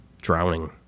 drowning